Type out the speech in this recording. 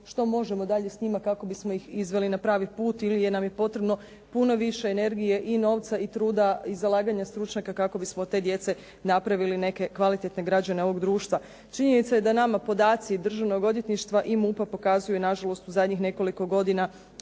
što možemo dalje s njima, kako bismo ih izveli na pravi put ili nam je potrebno puno više energije i novca i truda i zalaganja stručnjaka kako bismo od te djece napravili neke kvalitetne građane ovog društva. Činjenica je da nama podaci i državnog odvjetništva i MUP-a pokazuju na žalost u zadnjih nekoliko godina